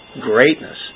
greatness